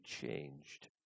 changed